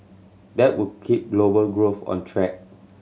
that would keep global growth on track